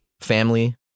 Family